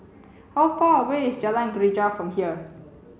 how far away is Jalan Greja from here